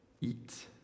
Eat